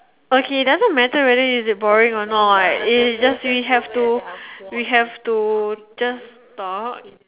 okay doesn't matter whether is it boring or not is just say we have to just taught